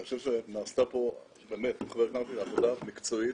אני חושב שנעשתה פה באמת עבודה מקצועית.